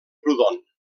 proudhon